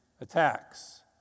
attacks